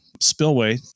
spillway